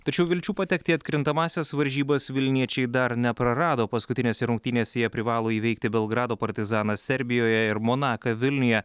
tačiau vilčių patekti į atkrintamąsias varžybas vilniečiai dar neprarado paskutinėse rungtynėse jie privalo įveikti belgrado partizaną serbijoje ir monaką vilniuje